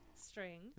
string